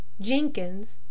Jenkins